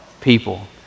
people